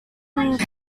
quoted